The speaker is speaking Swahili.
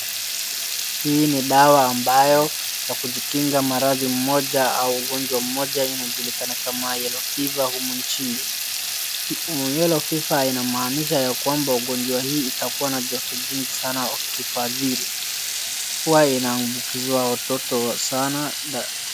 Hii ni dawa ambayo ya kujikinga maradhi mmoja au ugonjwa mmoja inajulikana kama Yellow Fever humu nchini. Yellow Fever inamaanisha ya kwamba ugonjwa hii itakuwa na joto jingi sana ikikuathiri. Huwa inaambukizwa watoto sana.